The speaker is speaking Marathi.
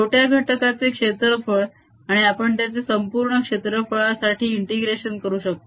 छोट्या घटकाचे क्षेत्रफळ आणि आपण त्याचे संपूर्ण क्षेत्रफळासाठी इंटिग्रेशन करू शकतो